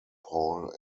paul